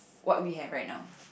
what we have right now